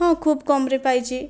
ହଁ ଖୁବ କମ୍ରେ ପାଇଛି